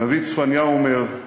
הנביא צפניה אומר: